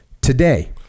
Today